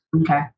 Okay